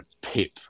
pip